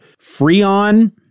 Freon